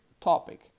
topic